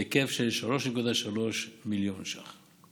בהיקף של כ-3.3 מיליארד ש"ח.